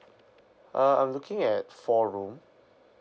uh I'm looking at four room